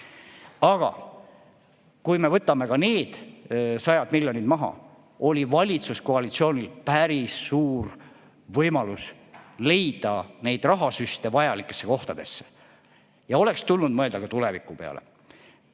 Aga kui me võtame ka need sajad miljonid maha, siis oli valitsuskoalitsioonil päris suur võimalus leida rahasüste vajalikesse kohtadesse. Oleks tulnud mõelda ka tuleviku peale.Me